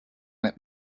that